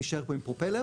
נישאר פה עם פרופלר